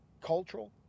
cultural